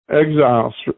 exile's